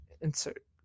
insert